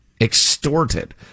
Extorted